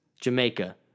Jamaica